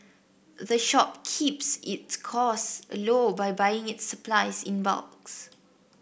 the shop keeps its cost low by buying its supplies in bulks